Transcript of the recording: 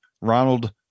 Ronald